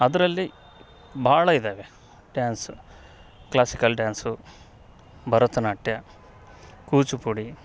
ಅದರಲ್ಲಿ ಭಾಳ ಇದ್ದಾವೆ dance classical dance Bharatanatyam Kuchipudi